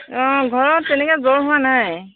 অঁ ঘৰত তেনেকৈ জ্বৰ হোৱা নাই